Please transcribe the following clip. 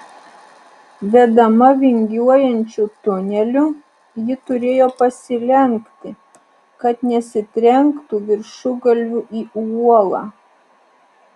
vedama vingiuojančiu tuneliu ji turėjo pasilenkti kad nesitrenktų viršugalviu į uolą